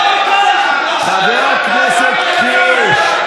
חבר הכנסת קיש,